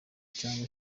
cyangwa